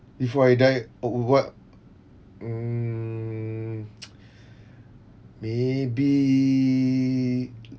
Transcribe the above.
before I die what mm maybe